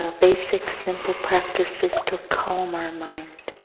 ah basic simple practices to calm our mind.